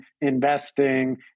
investing